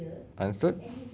understood